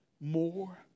more